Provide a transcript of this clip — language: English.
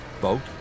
boat